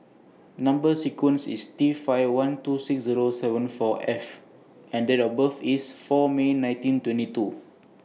Number sequence IS T five one two six Zero seven four F and Date of birth IS four May nineteen twenty two